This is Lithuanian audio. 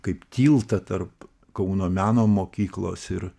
kaip tiltą tarp kauno meno mokyklos ir